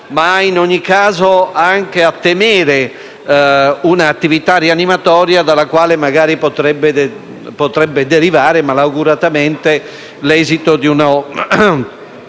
ma in ogni caso anche a temere un'attività rianimatoria dalla quale potrebbe derivare, malauguratamente, l'esito di una